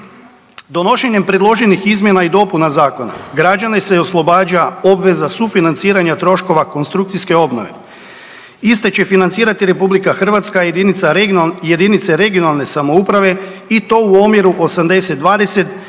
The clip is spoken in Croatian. Donošenjem predloženih izmjena i dopuna Zakona građane se oslobađa obveza sufinanciranja troškova konstrukcijske obnove. Iste će financirati RH, jedinice regionalne samouprave i to u omjeru 80-20,